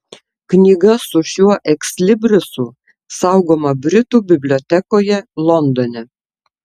knyga su šiuo ekslibrisu saugoma britų bibliotekoje londone